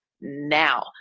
now